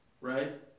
Right